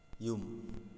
ꯌꯨꯝ